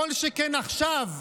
כל שכן עכשיו,